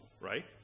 right